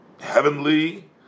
heavenly